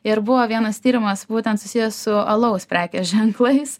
ir buvo vienas tyrimas būtent susijęs su alaus prekės ženklais